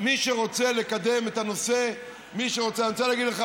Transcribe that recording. מי שרוצה לקדם את הנושא אני רוצה להגיד לך,